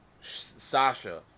Sasha